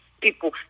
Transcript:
people